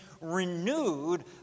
renewed